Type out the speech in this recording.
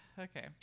okay